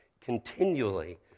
continually